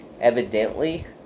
Evidently